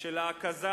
של ההקזה